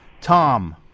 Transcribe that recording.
Tom